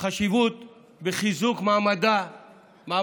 חשיבות חיזוק מעמדו